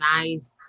nice